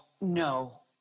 no